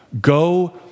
Go